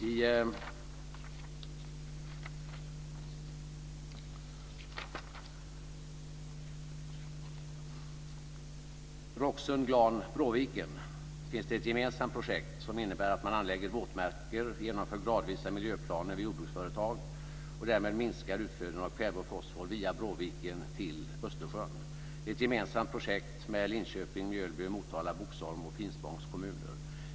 I Roxen, Glan och Bråviken finns det ett gemensamt projekt som innebär att man anlägger våtmarker och gradvis genomför miljöplaner vid jordbruksföretag och därmed minskar utflödena av kväve och fosfor via Bråviken till Östersjön. Det är ett gemensamt projekt med Linköpings, Mjölby, Motala, Boxholms och Finspångs kommuner.